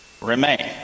remain